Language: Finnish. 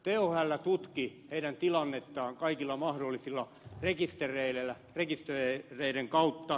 thl tutki heidän tilannettaan kaikkien mahdollisten rekistereiden kautta